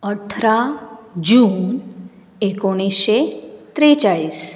अठरा जून एकोणिशें त्रेचाळीस